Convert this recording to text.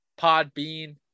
Podbean